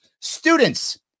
students